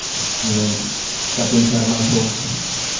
ਜਿਵੇਂ ਕਪਿਲ ਸ਼ਰਮਾ ਸ਼ੋ